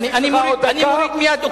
אני מוריד מייד אוקטבות.